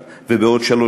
ובעוד שלוש שנים.